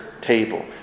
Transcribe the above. table